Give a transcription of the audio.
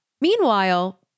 Meanwhile